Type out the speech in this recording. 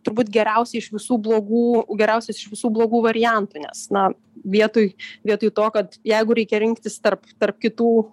turbūt geriausiai iš visų blogų geriausias iš visų blogų variantų nes na vietoj vietoj to kad jeigu reikia rinktis tarp tarp kitų